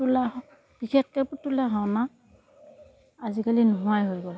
পুতলা বিশেষকৈ পুতলা ভাওনা আজিকালি নোহোৱাই হৈ গ'ল